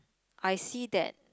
I see that